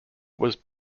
was